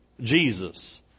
Jesus